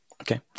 Okay